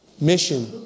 mission